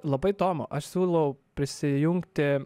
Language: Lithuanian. labai įdomu aš siūlau prisijungti